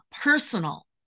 personal